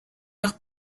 leur